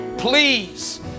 Please